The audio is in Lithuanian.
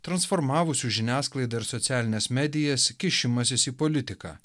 transformavusių žiniasklaidą ir socialines medijas kišimasis į politiką